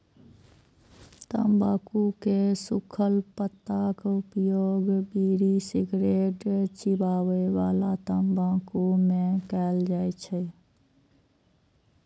तंबाकू के सूखल पत्ताक उपयोग बीड़ी, सिगरेट, चिबाबै बला तंबाकू मे कैल जाइ छै